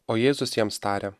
o jėzus jiems tarė